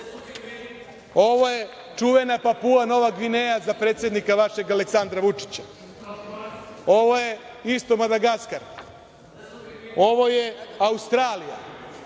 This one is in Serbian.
Ovo je čuvena Papua Nova Gvineja za predsednika vašeg Aleksandra Vučića. Ovo je isto Madagaskar. Ovo je Australija.